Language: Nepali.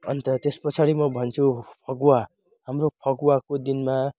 अन्त त्यसपछाडि म भन्छु फगुवा हाम्रो फगुवाको दिनमा